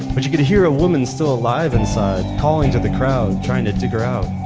but she could hear a woman's still alive inside calling to the crowd, trying to dig her out.